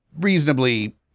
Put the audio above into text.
reasonably